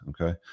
okay